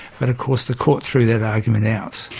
but of course the court threw that argument out.